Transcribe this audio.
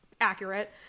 accurate